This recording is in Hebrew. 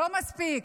לא מספיק.